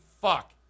fuck